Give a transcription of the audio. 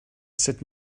sut